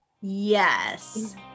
Yes